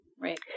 Right